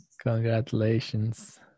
Congratulations